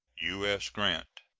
u s. grant.